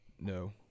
No